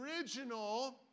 original